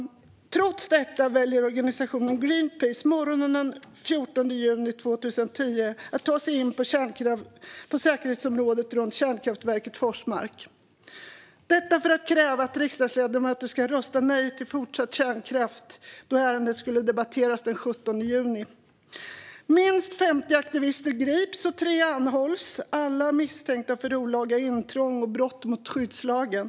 Trots detta väljer organisationen Greenpeace morgonen den 14 juni 2010 att ta sig in på säkerhetsområdet runt Forsmarks kärnkraftverk, detta för att kräva att riksdagsledamöter skulle rösta nej till fortsatt kärnkraft då ärendet skulle debatteras den 17 juni. Minst 50 aktivister greps, och tre anhölls - alla misstänkta för olaga intrång och brott mot skyddslagen.